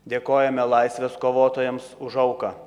dėkojame laisvės kovotojams už auką